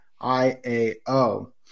I-A-O